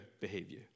behavior